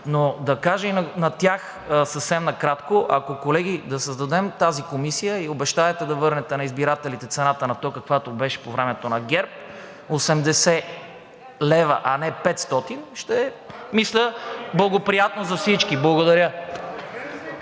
Да кажа и на тях съвсем накратко – колеги, ако създадем тази комисия и обещаете да върнете на избирателите цената на тока, каквато беше по времето на ГЕРБ – 80 лв., а не 500 лв., мисля, че е благоприятно за всички. Благодаря.